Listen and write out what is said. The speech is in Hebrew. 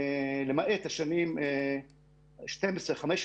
למעט השנים 2012-2015,